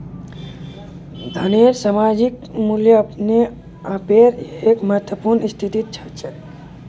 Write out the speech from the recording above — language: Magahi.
धनेर सामयिक मूल्य अपने आपेर एक महत्वपूर्ण स्थिति छेक